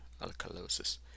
alkalosis